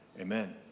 Amen